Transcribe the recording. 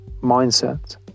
mindset